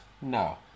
No